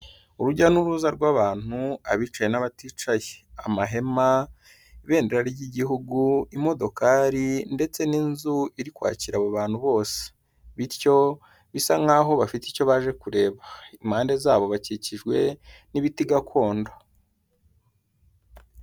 Urujya n'uruza rw'abantu abicaye n'abaticaye, amahema, ibendera ry'igihugu, imodoka ndetse n'inzu iri kwakira abo bantu bose bityo bisa nkaho bafite icyo baje kureba, impande zabo bakikijwe n'ibiti gakondo.